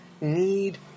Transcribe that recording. need